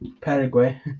Paraguay